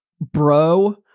bro